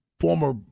former